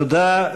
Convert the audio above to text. תודה.